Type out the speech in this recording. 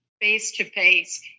face-to-face